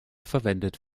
verwendet